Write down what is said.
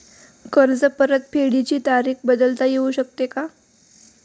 कर्ज परतफेडीची तारीख बदलता येऊ शकते का?